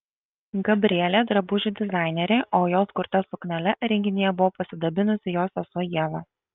gabrielė drabužių dizainerė o jos kurta suknele renginyje buvo pasidabinusi jos sesuo ieva